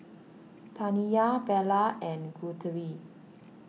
Taniya Bella and Guthrie